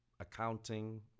accounting